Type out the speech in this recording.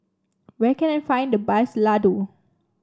where can I find the best laddu